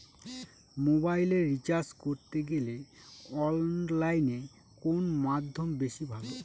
মোবাইলের রিচার্জ করতে গেলে অনলাইনে কোন মাধ্যম বেশি ভালো?